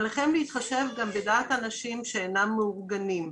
עליכם להתחשב גם בדעת אנשים שאינם מאורגנים.